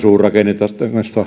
joensuuhun rakennettavasta